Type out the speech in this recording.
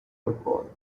football